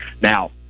Now